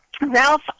Ralph